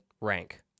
rank